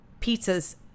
pizzas